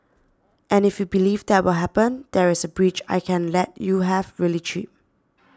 and if you believe that will happen there is a bridge I can let you have really cheap